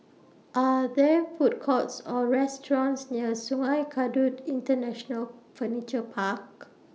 Are There Food Courts Or restaurants near Sungei Kadut International Furniture Park